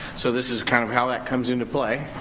so this is kind of how that comes into play.